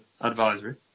advisory